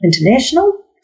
international